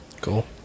Cool